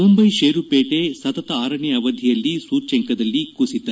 ಮುಂಬೈ ಷೇರುಪೇಟೆ ಸತತ ಆರನೇ ಅವಧಿಯಲ್ಲಿ ಸೂಚ್ಯಂಕದಲ್ಲಿ ಕುಸಿತ